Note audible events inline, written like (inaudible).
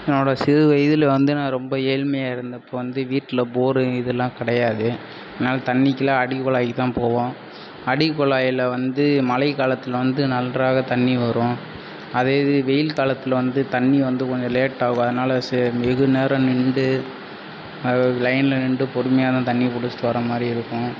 என்னோடய சிறு வயதில் வந்து நான் ரொம்ப ஏழ்மையாக இருந்தப்போ வந்து வீட்டில் போரு இதெல்லாம் கிடையாது அதனால தண்ணிக்கெலாம் அடிக்குழாயிக்குதான் போவோம் அடிக்குழாயில வந்து மழைக்காலத்தில் வந்து நன்றாக தண்ணி வரும் அதே இது வெயில் காலத்தில் வந்து தண்ணி வந்து கொஞ்சம் லேட்டாகும் அதனால (unintelligible) வெகு நேரம் நின்று அதாவது லையனில் நின்று பொறுமையாகதான் தண்ணி பிடிச்சிட்டு வர மாதிரி இருக்கும்